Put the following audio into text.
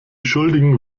schuldigen